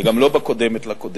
וגם לא בקודמת לקודמת: